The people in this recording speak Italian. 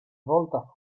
volta